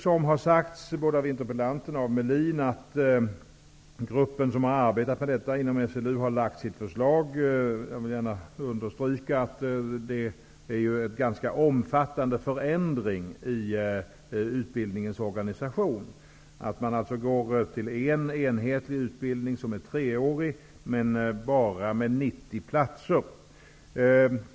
Som har sagts av både interpellanten och Ulf Melin, är det så att den grupp inom SLU som har arbetat med detta har lagt fram sitt förslag. Jag vill gärna understryka att det är en ganska omfattande förändring av utbildningens organisation som görs, dvs. att man går över till en enhetlig utbildning som är treårig men med bara 90 platser.